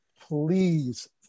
please